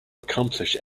accomplish